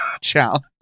Challenge